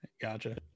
Gotcha